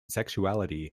sexuality